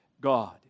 God